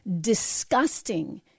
disgusting